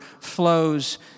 flows